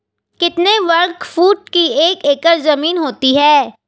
कितने वर्ग फुट की एक एकड़ ज़मीन होती है?